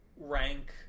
rank